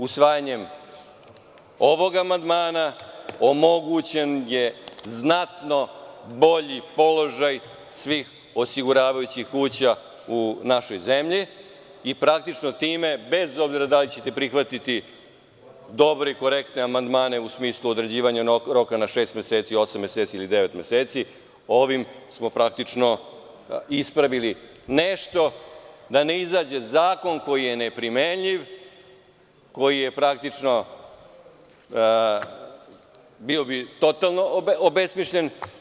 Usvajanjem ovog amandmana, omogućen je znatno bolji položaj svih osiguravajućih kuća u našoj zemlji i praktično time, bez obzira da li ćete prihvatiti dobre i korektne amandmane u smislu određivanja roka na šest meseci, osam meseci ili devet meseci, ovim smo praktično ispravili nešto, da ne izađe zakon koji je neprimenjiv i koji bi bio potpuno obesmišljen.